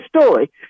story